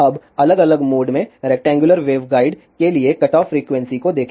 अब अलग अलग मोड में रेक्टेंगुलर वेवगाइड के लिए कटऑफ फ्रीक्वेंसी को देखें